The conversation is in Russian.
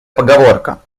поговорка